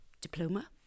diploma